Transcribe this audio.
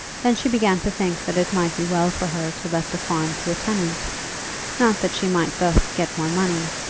then she began to think that it might be well for her to let the farm to a tenant not that she might thus get more money,